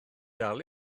dal